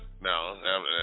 no